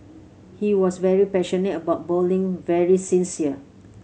he was very passionate about bowling very sincere